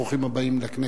ברוכים הבאים לכנסת.